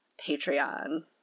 Patreon